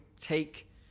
take